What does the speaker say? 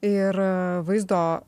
ir vaizdo